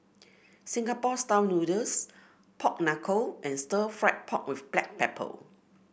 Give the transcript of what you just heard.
Singapore style noodles Pork Knuckle and Stir Fried Pork with Black Pepper